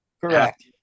Correct